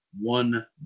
one